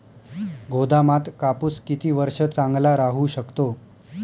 गोदामात कापूस किती वर्ष चांगला राहू शकतो?